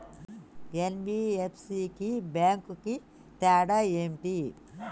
NBFC కి bank కి తేడా ఏంటి?